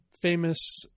famous